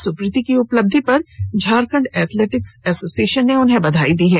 सुप्रीति की उपलब्धि पर झारखंड एथलेटिक्स एसोसिएशन ने बधाई दी है